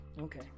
Okay